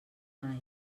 mai